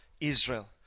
Israel